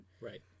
Right